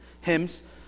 hymns